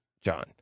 John